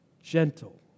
gentle